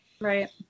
right